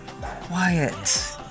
quiet